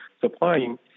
supplying